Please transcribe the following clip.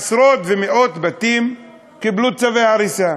עשרות ומאות בתים קיבלו צווי הריסה.